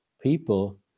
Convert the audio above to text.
people